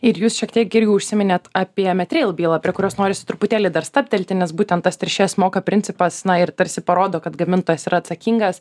ir jūs šiek tiek irgi užsiminėte apie met rail bylą prie kurios norisi truputėlį dar stabtelti nes būtent tas teršėjas moka principas na ir tarsi parodo kad gamintojas yra atsakingas